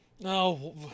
No